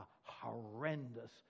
horrendous